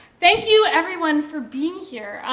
thank you everyone for being here.